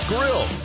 Grill